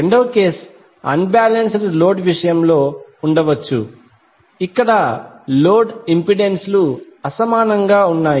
రెండవ కేసు unbalanced load విషయంలో ఉండవచ్చు ఇక్కడ లోడ్ ఇంపెడెన్సులు అసమానంగా ఉంటాయి